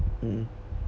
mm mm